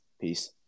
Peace